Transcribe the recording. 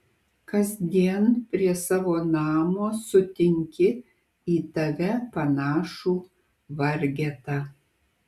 kasdien prie savo namo sutinki į tave panašų vargetą